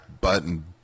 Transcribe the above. button